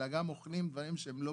אלא גם אוכלים דברים לא בריאים.